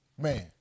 man